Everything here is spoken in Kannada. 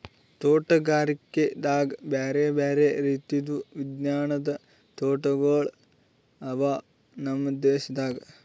ತೋಟಗಾರಿಕೆದಾಗ್ ಬ್ಯಾರೆ ಬ್ಯಾರೆ ರೀತಿದು ವಿಜ್ಞಾನದ್ ತೋಟಗೊಳ್ ಅವಾ ನಮ್ ದೇಶದಾಗ್